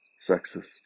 sexist